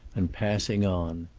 and passing on.